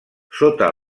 sota